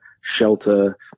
shelter